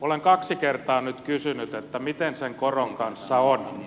olen kaksi kertaa nyt kysynyt miten sen koron kanssa on